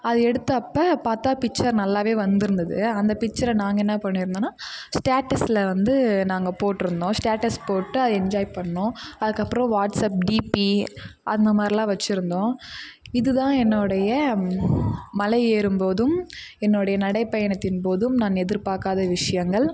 அது எடுத்த அப்போ பார்த்தா பிக்சர் நல்லாவே வந்து இருந்தது அந்த பிக்சரை நாங்கள் என்ன பண்ணியிருந்தோன்னா ஸ்டேட்டஸ்சில் வந்து நாங்கள் போட்டிருந்தோம் ஸ்டேட்டஸ் போட்டு அது என்ஜாய் பண்ணிணோம் அதுக்கப்புறம் வாட்ஸ்ஆப் டிபி அந்த மாதிரிலாம் வச்சுருதோம் இதுதான் என்னுடைய மலை ஏறும் போதும் என்னுடைய நடை பயணத்தின் போதும் நான் எதிர்பார்க்காத விஷயங்கள்